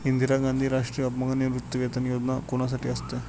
इंदिरा गांधी राष्ट्रीय अपंग निवृत्तीवेतन योजना कोणासाठी असते?